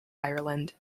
ireland